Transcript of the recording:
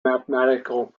mathematical